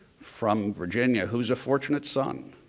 from virginia who's a fortunate son.